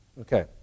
Okay